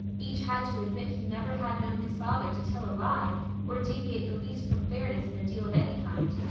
each had to admit he never had known his father to tell a lie or deviate the least from fairness in a deal of any kind,